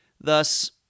Thus